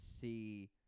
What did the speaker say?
see